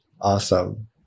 Awesome